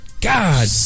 God